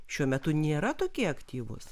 šiuo metu nėra tokie aktyvūs